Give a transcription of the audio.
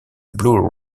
blue